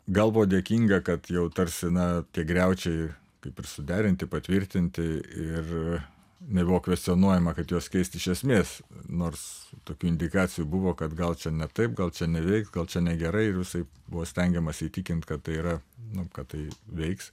gal buvo dėkinga kad jau tarsi na tie griaučiai kaip ir suderinti patvirtinti ir nebuvo kvestionuojama kad juos keisti iš esmės nors tokių indikacijų buvo kad gal ne taip gal čia neveiks gal čia negerai ir visaip buvo stengiamasi įtikint kad tai yra nu kad tai veiks